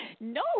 No